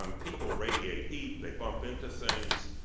um people radiate heat. they bump into things,